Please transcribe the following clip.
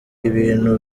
ibintu